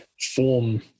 Form